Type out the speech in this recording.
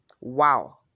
Wow